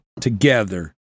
together